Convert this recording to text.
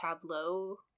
tableau